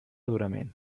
durament